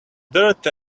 dirt